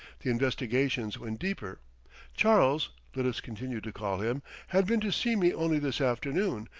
the investigations went deeper charles let us continue to call him had been to see me only this afternoon,